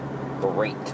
great